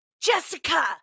Jessica